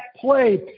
play